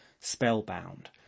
spellbound